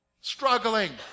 Struggling